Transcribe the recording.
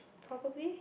probably